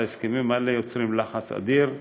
ההסכמים האלה יוצרים לחץ אדיר,